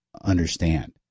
understand